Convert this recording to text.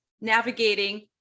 navigating